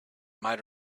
might